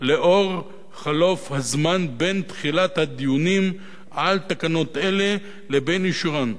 לאור חלוף הזמן בין תחילת הדיונים על תקנות אלה לבין אישורן.